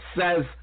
says